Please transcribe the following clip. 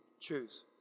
choose